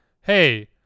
hey